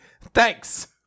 Thanks